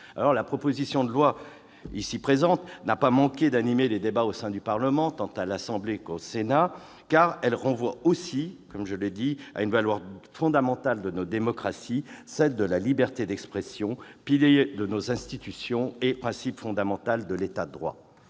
proposition de loi n'a pas manqué d'animer les débats au sein du Parlement, tant à l'Assemblée nationale qu'au Sénat, car elle renvoie à une valeur fondamentale de nos démocraties : la liberté d'expression, pilier de nos institutions et principe fondamental de l'État de droit.